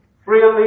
Freely